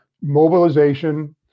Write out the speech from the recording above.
mobilization